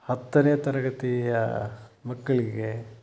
ಹತ್ತನೇ ತರಗತಿಯ ಮಕ್ಕಳಿಗೆ